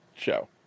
show